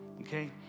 okay